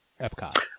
Epcot